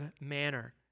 manner